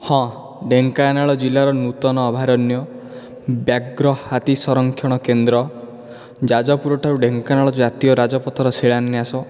ହଁ ଢେଙ୍କାନାଳ ଜିଲ୍ଲାର ନୂତନ ଅଭୟାରଣ୍ୟ ବ୍ୟାଘ୍ର ହାତୀ ସରକ୍ଷଣ କେନ୍ଦ୍ର ଯାଜପୁର ଠାରୁ ଢେଙ୍କାନାଳ ଜାତୀୟ ରାଜପଥର ଶିଳାନ୍ୟାସ